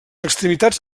extremitats